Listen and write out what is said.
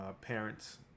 parents